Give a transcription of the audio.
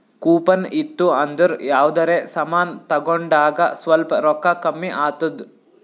coupon ಇತ್ತು ಅಂದುರ್ ಯಾವ್ದರೆ ಸಮಾನ್ ತಗೊಂಡಾಗ್ ಸ್ವಲ್ಪ್ ರೋಕ್ಕಾ ಕಮ್ಮಿ ಆತ್ತುದ್